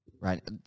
Right